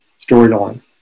storyline